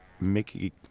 Mickey